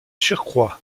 surcroît